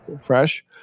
Fresh